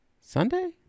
Sunday